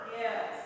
Yes